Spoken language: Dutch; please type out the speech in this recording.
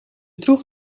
droeg